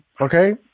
okay